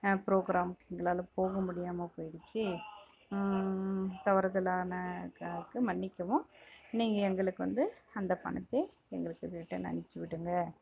ப்ரோகிராமுக்கு எங்களால் போக முடியாமல் போயிடுச்சு தவறுதலான காக்கு மன்னிக்கவும் நீங்கள் எங்களுக்கு வந்து அந்த பணத்தை எங்களுக்கு ரிட்டன் அனுப்பிச்சு விட்டுருங்க